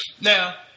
Now